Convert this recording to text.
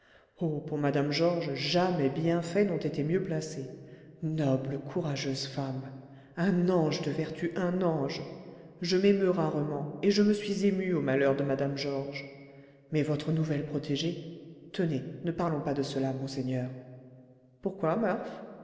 pour mme georges jamais bienfaits n'ont été mieux placés noble courageuse femme un ange de vertu un ange je m'émeus rarement et je me suis ému aux malheurs de mme georges mais votre nouvelle protégée tenez ne parlons pas de cela monseigneur pourquoi murph